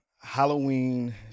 Halloween